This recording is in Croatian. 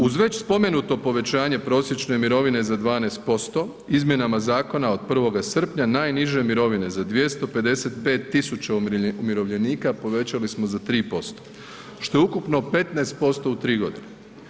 Uz već spomenuto povećanje prosječne mirovine za 12%, izmjenama zakona od 1. srpnja, najniže mirovine za 255 000 umirovljenika povećali smo za 3% što je ukupno 15% u 3 godine.